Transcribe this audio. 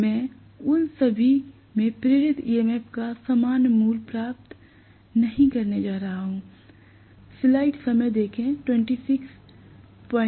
मैं उन सभी में प्रेरित EMF का समान मूल्य प्राप्त नहीं करने जा रहा हूं